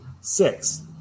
six